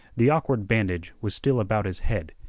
the awkward bandage was still about his head,